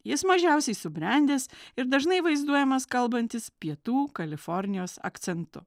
jis mažiausiai subrendęs ir dažnai vaizduojamas kalbantis pietų kalifornijos akcentu